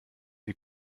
die